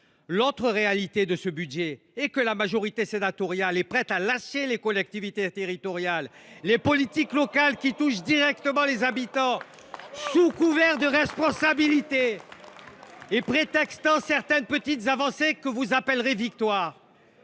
L’autre réalité de ce budget est que la majorité sénatoriale est prête à lâcher les collectivités territoriales et les politiques locales qui touchent directement les habitants, et ce sous couvert de responsabilité et sous prétexte de certaines petites avancées que vous appellerez des victoires.